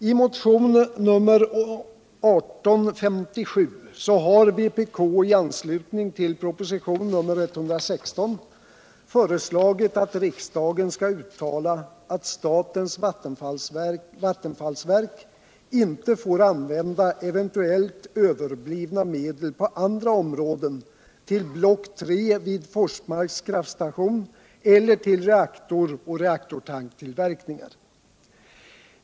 I motionen 1857 har vpk i anslutning till proposition nr 116 föreslagit att riksdagen skall uttala att statens vattenfallsverk inte får använda eventuellt överblivna medel på andra områden till block 3 vid Forsmarks kraftstation eller till reaktor och reaktortanktillverkningar.